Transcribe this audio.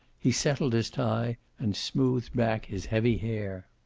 he settled his tie and smoothed back his heavy hair.